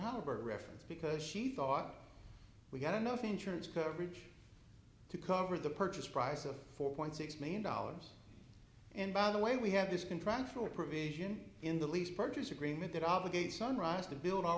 halliburton reference because she thought we had enough insurance coverage to cover the purchase price of four point six million dollars and by the way we had this contract for provision in the lease purchase agreement that obligated sunrise to build our